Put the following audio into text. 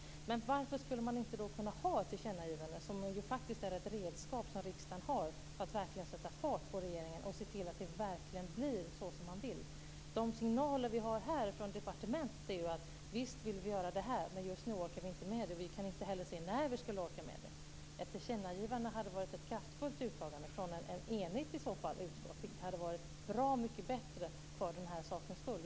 Men varför skulle man då inte kunna ha ett tillkännagivande, som ju faktiskt är ett redskap som riksdagen har för att verkligen sätta fart på regeringen och se till att det blir så som man vill? De signaler vi har från departementet är: Visst vill vi göra det här, men just nu orkar vi inte med det och vi kan inte heller se när vi skulle orka med det. Ett tillkännagivande hade varit ett kraftfullt uttalande från ett enigt utskott, vilket hade varit bra mycket bättre för den här sakens skull.